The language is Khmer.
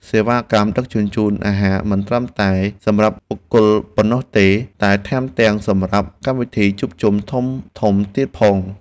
សេវាកម្មដឹកជញ្ជូនអាហារមិនត្រឹមតែសម្រាប់បុគ្គលប៉ុណ្ណោះទេ តែថែមទាំងសម្រាប់កម្មវិធីជួបជុំធំៗទៀតផង។